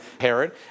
Herod